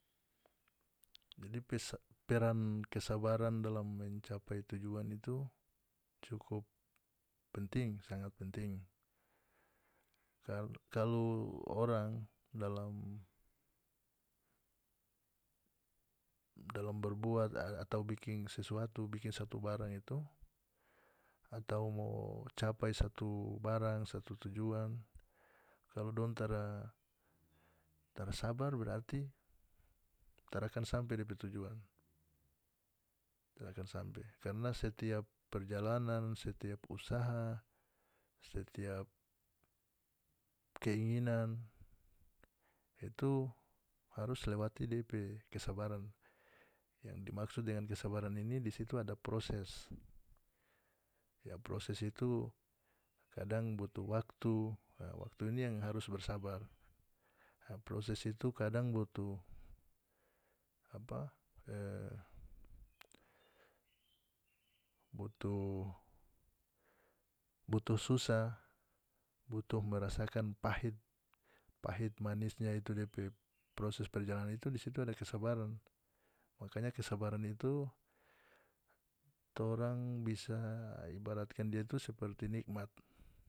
Jadi peran kesabaran dalam mencapai tujuan itu cukup penting sangat penting kalau orang dalam dalam berbuat atau bikin sesuatu bikin satu barang itu atau mo capai satu barang satu tujuan kalu dong tara tara sabar berarti tara akan sampe depe tujuan tara akan sampe karna setiap perjalanan setiap usaha setiap keinginan itu harus lewati depe kesabaran yang dimaksud dengan kesabaran ini di situ ada proses ya proses itu kadang butuh waktu a waktu ini yang harus bersabar a proses itu kadang butuh apa e butuh butuh susah butuh merasakan pahit pahit manisnya itu depe proses perjalanan itu di situ ada kesabaran makanya kesabaran itu torang bisa ibaratkan dia itu seperti nikmat.